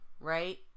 right